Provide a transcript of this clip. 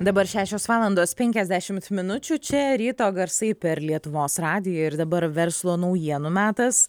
dabar šešios valandos penkiasdešimt minučių čia ryto garsai per lietuvos radiją ir dabar verslo naujienų metas